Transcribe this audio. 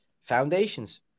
foundations